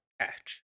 catch